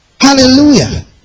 hallelujah